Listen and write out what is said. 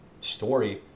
story